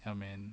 ya man